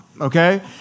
okay